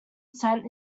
sent